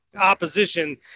opposition